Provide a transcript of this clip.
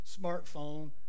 smartphone